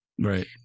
Right